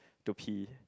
to pee